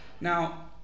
Now